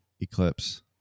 Eclipse